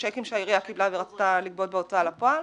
צ'קים שהעירייה קיבלה ורצתה לגבות בהוצאה לפועל,